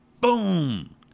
boom